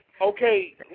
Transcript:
Okay